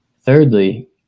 Thirdly